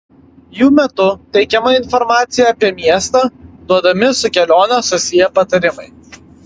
jų metu teikiama informacija apie miestą duodami su kelione susiję patarimai